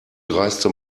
dreiste